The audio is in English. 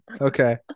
Okay